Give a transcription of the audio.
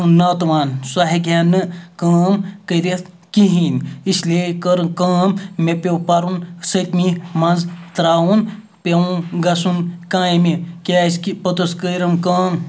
نٲتوان سُہ ہیٚکہِ ہا نہٕ کٲم کٔرِتھ کِہیٖنۍ اِسلیے کٔر کٲم مےٚ پیوٚو پَرُن سٔتمی منٛز ترٛاوُن پیوم گَژھُن کامہِ کیٛازِکہِ پوٚتُس کٔرٕم کٲم